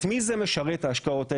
את מי זה משרת ההשקעות האלה?